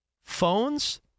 phones